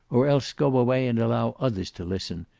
or else go away and allow others to listen.